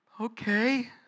Okay